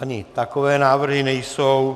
Ani takové návrhy nejsou.